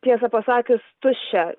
tiesą pasakius tuščia